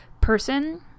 person